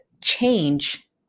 change